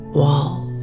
walls